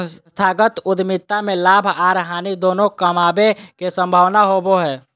संस्थागत उद्यमिता में लाभ आर हानि दोनों कमाबे के संभावना होबो हय